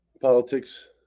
politics